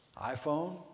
iPhone